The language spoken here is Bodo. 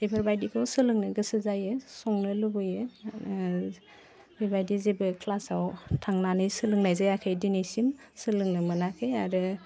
बेफोरबायदिखौ सोलोंनो गोसो जायो संनो लुबैयो बेबायदि जेबो ख्लासाव थांनानै सोलोंनाय जायाखै दिनैसिम सोलोंनो मोनाखै आरो